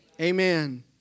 Amen